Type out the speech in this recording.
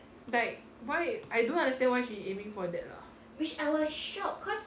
like why I don't understand why she aiming for that lah